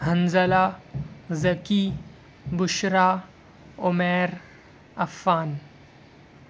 Hanzala Zaki Bushra Umair Affan